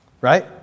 Right